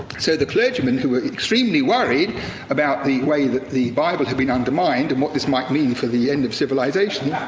so the clergymen, who were extremely worried about the way that the bible had been undermined and what this might mean for the end of civilization,